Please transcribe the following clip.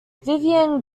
vivian